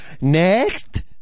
Next